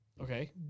Okay